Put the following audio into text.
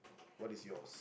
what is yours